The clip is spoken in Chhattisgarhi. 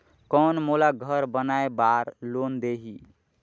कौन मोला घर बनाय बार लोन देही?